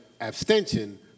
abstention